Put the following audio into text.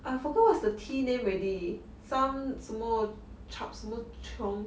I forgot what's the tea name already some 什么 chap 什么 chung